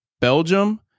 Belgium